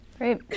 Great